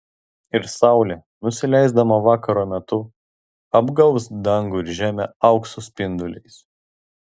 ir saulė nusileisdama vakaro metu apgaubs dangų ir žemę aukso spinduliais